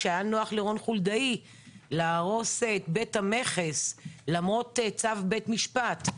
שכשהיה נוח לרון חולדאי להרוס את בית המכס למרות צו בית משפט,